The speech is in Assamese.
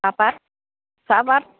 চাহপাত চাহপাত